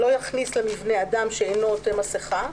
לא יכניס למבנה אדם שאינו עוטה מסכה,